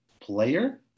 player